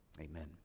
Amen